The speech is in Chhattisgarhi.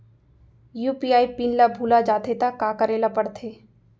यू.पी.आई पिन ल भुला जाथे त का करे ल पढ़थे?